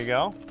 go.